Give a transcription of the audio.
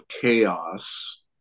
chaos